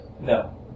No